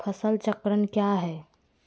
फसल चक्रण क्या है?